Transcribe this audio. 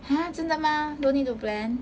!huh! 真的 mah no need to plan